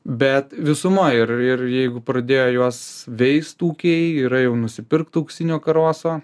bet visumoj ir ir jeigu pradėjo juos veist ūkiai yra jau nusipirkt auksinio karoso